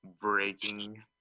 breaking